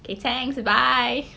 okay thanks bye